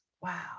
Wow